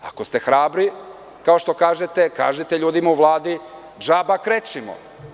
Ako ste hrabri kao što kažete, kažite ljudima u Vladi - džaba krečimo.